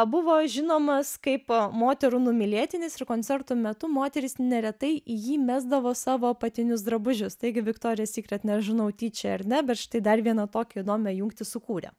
buvo žinomas kaip moterų numylėtinis ir koncertų metu moterys neretai į jį mesdavo savo apatinius drabužius taigi viktorija sykret nežinau tyčia ar ne bet štai dar vieną tokią įdomią jungtį sukūrė